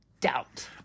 doubt